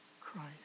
Christ